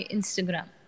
Instagram